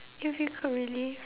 if you could relive